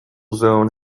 zone